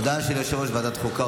הודעה של יושב-ראש ועדת חוקה.